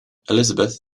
elizabeth